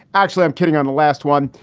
actually, i'm kidding on the last one.